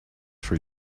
for